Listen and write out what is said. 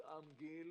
מותאם גיל